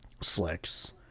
slicks